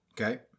okay